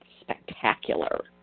Spectacular